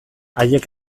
haiek